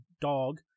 dog